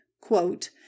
Quote